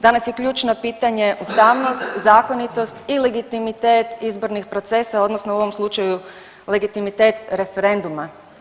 Danas je ključno pitanje ustavnost, zakonitost i legitimitet izbornih procesa odnosno u ovom slučaju legitimitet referenduma.